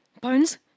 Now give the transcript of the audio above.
Bones